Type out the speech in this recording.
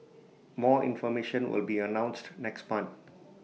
more information will be announced next month